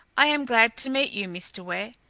i am glad to meet you, mr. ware.